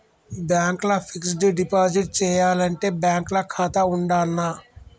Bank ల fixed deposit చేయాలంటే bank ల ఖాతా ఉండాల్నా?